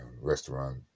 restaurant